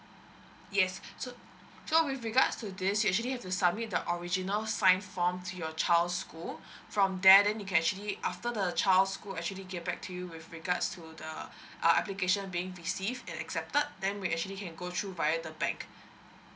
yes so so with regards to this you actually have to submit the original signed form to your child school from there then you can actually after the child school actually get back to you with regards to the err application being received and accepted then we actually can go through via the bank